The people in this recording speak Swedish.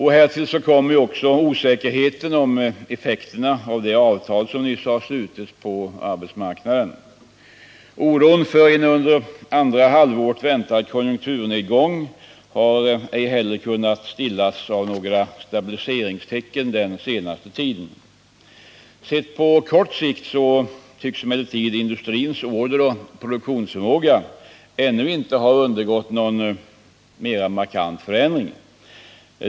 Härtill kommer osäkerheten om effekterna av det avtal som nyss har slutits på arbetsmarknaden. Oron för en under andra halvåret väntad konjunkturnedgång har ej heller kunnat stillas av några stabiliseringstecken den senaste tiden. Sett på kort sikt ty emellertid industrins orderoch produktionsläge ännu inte ha undergått någon mera markant förändring.